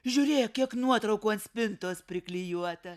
žiūrėk kiek nuotraukų ant spintos priklijuota